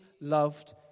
loved